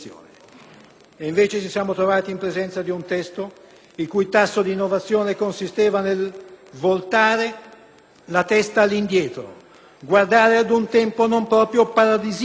invece ci siamo trovati in presenza di un testo il cui tasso d'innovazione consisteva nel voltare la testa all'indietro, guardando ad un tempo non proprio paradisiaco,